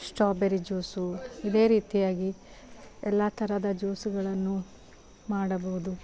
strawberry juice ಇದೆ ರೀತಿಯಾಗಿ ಎಲ್ಲ ಥರದ ಜ್ಯೂಸುಗಳನ್ನು ಮಾಡಬಹುದು